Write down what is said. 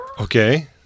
okay